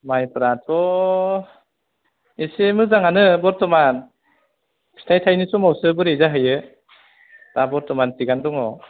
माइफोराथ' एसे मोजाङानो बर्थमान फिथाइ थाइनाय समावसो बोरै जाहैयो दा बर्थमान थिगानो दङ